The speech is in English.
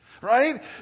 Right